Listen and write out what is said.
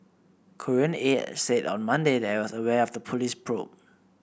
Korean Air said on Monday that it was aware of the police probe